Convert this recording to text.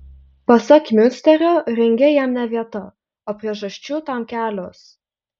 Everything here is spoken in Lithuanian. pasak miunsterio ringe jam ne vieta o priežasčių tam kelios